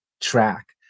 track